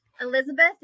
Elizabeth